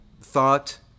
thought